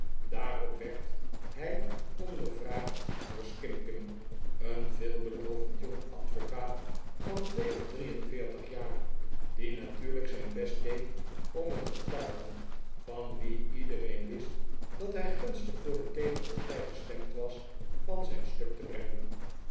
daarop werd hij ondervraagd door skimpin een veelbelovend jong advocaat van twee of drie en veertig jaar die natuurlijk zijn best deed om een getuige van wien iedereen wist dat hij gunstig voor de tegenpartij gestemd was van zijn stuk te brengen